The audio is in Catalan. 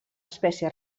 espècie